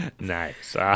nice